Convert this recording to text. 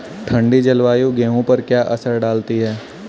ठंडी जलवायु गेहूँ पर क्या असर डालती है?